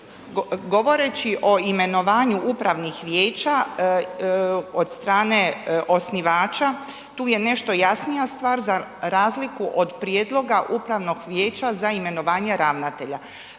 Govoreći o imenovanju upravnih vijeća od strane osnivača, tu je nešto jasnija stvar za razliku od prijedloga upravnog vijeća za imenovanje ravnatelja.